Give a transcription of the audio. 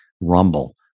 rumble